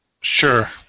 Sure